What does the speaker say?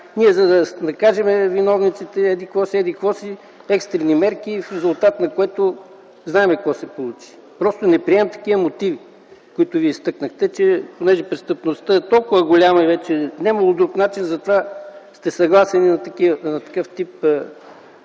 за да накажем виновниците и еди-какво си, и еди-какво си, екстрени мерки, в резултат на което знаем какво се получи. Не приемам такива мотиви, които Вие изтъкнахте, че понеже престъпността е толкова голяма и вече нямало друг начин, затова сте съгласен и на такъв тип,